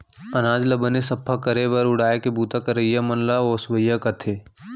अनाज ल बने सफ्फा करे बर उड़ाय के बूता करइया मन ल ओसवइया कथें